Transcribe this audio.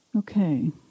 Okay